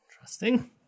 Interesting